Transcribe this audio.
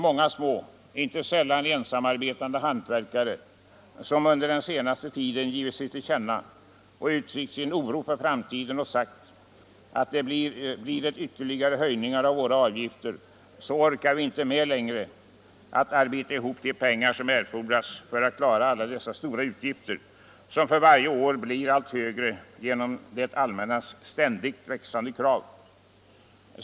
Många små och inte sällan ensamarbetande hantverkare har under den senaste tiden givit sig till känna och uttryckt oro för framtiden och sagt att blir det ytterligare höjningar av våra avgifter, så orkar vi inte längre att arbeta ihop de pengar som erfordras för att klara alla dessa stora utgifter som för varje år blir allt större genom det allmännas ständigt växande krav.